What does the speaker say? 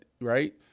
right